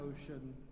ocean